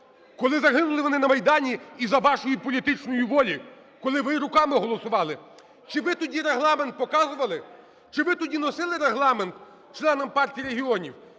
коли загинули вони на Майдані із-за вашої політичної волі, коли ви руками голосували? Чи ви тоді Регламент показували? Чи ви тоді носили Регламент членам Партії регіонів?